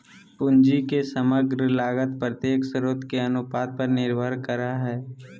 पूंजी के समग्र लागत प्रत्येक स्रोत के अनुपात पर निर्भर करय हइ